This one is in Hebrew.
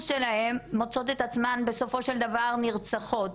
שלהם מוצאות את עצמן בסופו של דבר נרצחות.